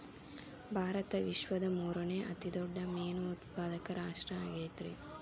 ಭಾರತ ವಿಶ್ವದ ಮೂರನೇ ಅತಿ ದೊಡ್ಡ ಮೇನು ಉತ್ಪಾದಕ ರಾಷ್ಟ್ರ ಆಗೈತ್ರಿ